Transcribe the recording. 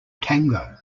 tango